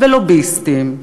ולוביסטים,